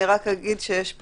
יש פה